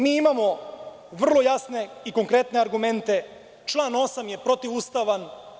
Mi imamo vrlo jasne i konkretne argumente, član 8. je protivustavan.